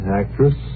actress